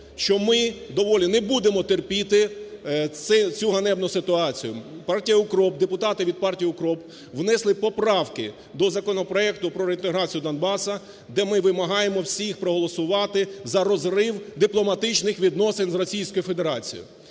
що ми доволі не будемо терпіти цю ганебну ситуацію. Партія "Укроп", депутати від партії "Укроп" внесли поправки до законопроекту про реінтеграцію Донбасу, де ми вимагаємо всіх проголосувати за розрив дипломатичних відносин з